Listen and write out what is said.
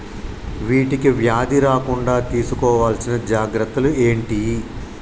వీటికి వ్యాధి రాకుండా తీసుకోవాల్సిన జాగ్రత్తలు ఏంటియి?